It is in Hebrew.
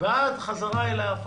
ועד חזרה אל העפר